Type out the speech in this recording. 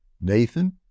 Nathan